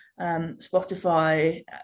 Spotify